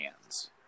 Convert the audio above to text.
hands